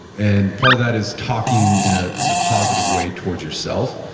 and part of that is talking in ah in a positive way towards yourself.